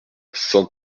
cent